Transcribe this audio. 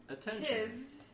kids